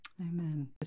Amen